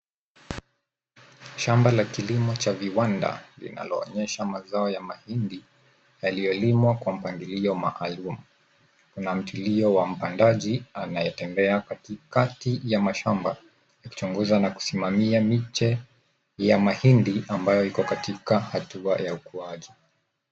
Shamba la kilimo cha viwanda linaloonyesha mazao ya mahindi yaliyolimwa kwa mpangilio maalum . Kuna mtilio wa mpandaji anayetembea katikati ya mashamba akichunguza na kusimamia miche ya mahindi ambayo iko katika hatua ya ukuaji.